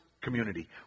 community